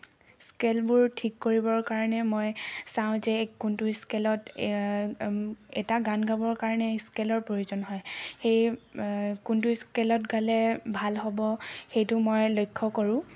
স্কেলবোৰ ঠিক কৰিবৰ কাৰণে মই চাওঁ যে কোনটো স্কেলত এটা গান গাবৰ কাৰণে স্কেলৰ প্ৰয়োজন হয় সেই কোনটো স্কেলত গালে ভাল হ'ব সেইটো মই লক্ষ্য কৰোঁ